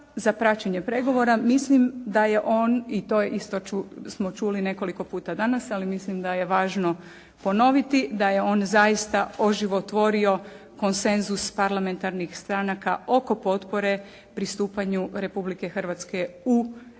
za praćenje pregovora mislim da je on i to isto smo čuli nekoliko puta danas, ali mislim da je važno ponoviti da je on zaista oživotvorio konsenzus parlamentarnih stranaka oko potpore pristupanju Republike Hrvatske u Europsku